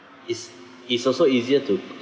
is it's also easier to